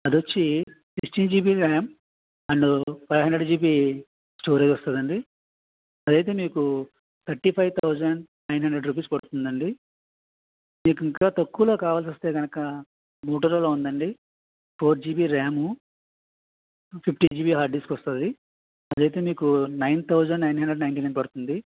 అది వచ్చి sixty GB RAM and five hundred GB storage వస్తుంది అండి అది అయితే మీకు thirty five thousand nine hundred rupees పడుతుంది అండి మీకు ఇంకా తక్కువలో కావలసి వస్తే కనుక మోటోరోలా ఉంది అండి four GB RAM fifty GB hard disk వస్తుంది అది అయితే మీకు nine thousand nine hundred and ninety nine పడుతుంది